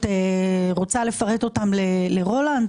את רוצה לפרט אותן לרולנד,